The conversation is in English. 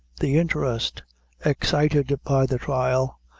the interest excited by the trial,